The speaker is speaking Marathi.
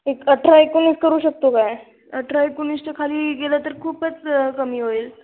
एक अठरा एकोणीस करू शकतो काय अठरा एकोणीसच्या खाली गेलं तर खूपच कमी होईल